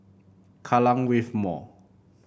Kallang Wave Mall